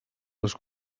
les